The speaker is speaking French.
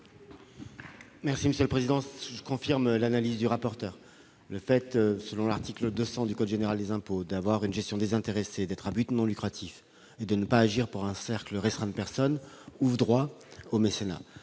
l'avis du Gouvernement ? Je confirme l'analyse de M. le rapporteur général. Selon l'article 200 du code général des impôts, le fait d'avoir une gestion désintéressée, d'être à but non lucratif et de ne pas agir pour un cercle restreint de personnes ouvre droit au mécénat.